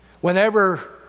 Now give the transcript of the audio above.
Whenever